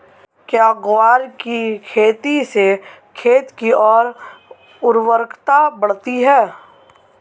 क्या ग्वार की खेती से खेत की ओर उर्वरकता बढ़ती है?